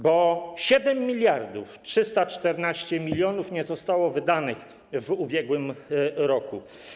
Bo 7314 mln zł nie zostało wydanych w ubiegłym roku.